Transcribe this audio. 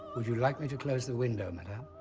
would you like me to close the window, madame?